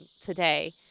today